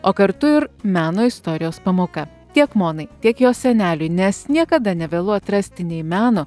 o kartu ir meno istorijos pamoka tiek monai tiek jos seneliui nes niekada nevėlu atrasti nei meno